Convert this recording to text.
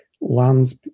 lands